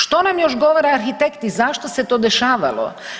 Što nam još govore arhitekti, zašto se to dešavalo?